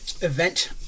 event